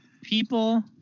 People